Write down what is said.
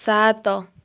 ସାତ